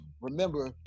Remember